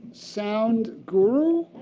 sound guru?